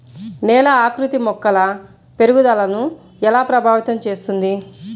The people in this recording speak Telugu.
నేల ఆకృతి మొక్కల పెరుగుదలను ఎలా ప్రభావితం చేస్తుంది?